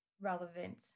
relevant